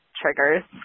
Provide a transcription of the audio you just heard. triggers